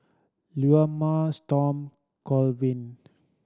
Leoma Storm Colvin